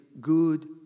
good